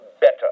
better